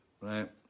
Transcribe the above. right